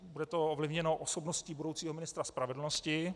Bude to ovlivněno osobností budoucího ministra spravedlnosti.